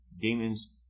Demons